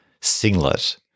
singlet